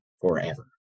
forever